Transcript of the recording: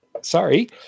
Sorry